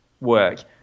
work